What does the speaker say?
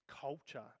culture